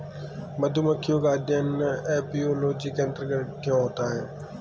मधुमक्खियों का अध्ययन एपियोलॉजी के अंतर्गत क्यों होता है?